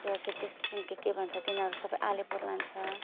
त्यो CT scan के के भन्छ तिनीहरू सबै अलिपुर लान्छ